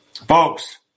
Folks